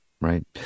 Right